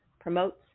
promotes